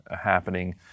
happening